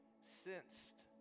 sensed